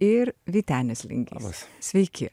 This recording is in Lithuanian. ir vytenis lingys sveiki